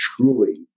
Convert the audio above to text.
truly